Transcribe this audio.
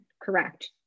Correct